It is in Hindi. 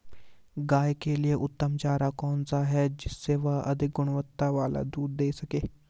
गाय के लिए उत्तम चारा कौन सा है जिससे वह अधिक गुणवत्ता वाला दूध दें सके?